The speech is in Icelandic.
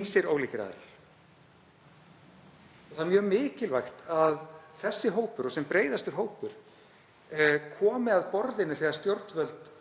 ýmsir ólíkir aðilar. Það er mjög mikilvægt að þessi hópur og sem breiðastur hópur komi að borðinu þegar stjórnvöld